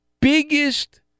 biggest